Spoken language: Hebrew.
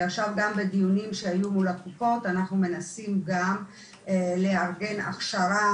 ועכשיו גם בדיונים שהיו מול הקופות אנחנו מנסים גם לארגן הכשרה